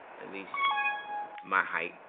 at least my height,